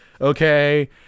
Okay